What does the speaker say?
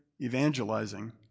evangelizing